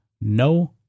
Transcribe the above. no